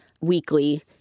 weekly